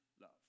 love